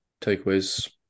takeaways